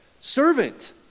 Servant